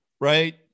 right